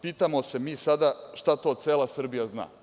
Pitamo se mi sada šta to cela Srbija zna.